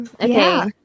Okay